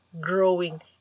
growing